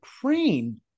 Crane